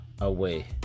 away